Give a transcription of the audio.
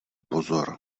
pozor